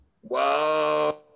whoa